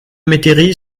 métairie